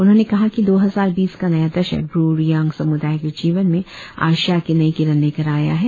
उन्होंने कहा कि दो हजार बीस का नया दशक ब्र रियांग समुदाय के जीवन में आशा की नई किरण लेकर आया है